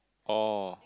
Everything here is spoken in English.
oh